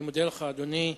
אני מודה לך, אדוני.